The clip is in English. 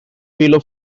below